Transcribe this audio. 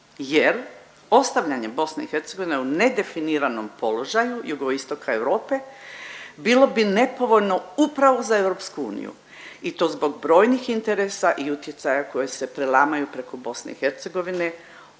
jer ostavljanjem BIH u nedefiniranom položaju jugoistoka Europe bilo bi nepovoljno upravo za EU i to zbog brojnih interesa i utjecaja koje se prelamaju preko BIH od prilično snažnog